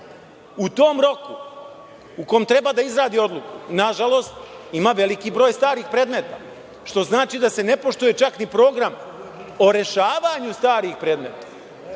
u tom roku u kom treba da izradi odluku. Nažalost, ima veliki broj starih predmeta, što znači da se ne poštuje čak ni program o rešavanju starih predmeta,